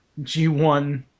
G1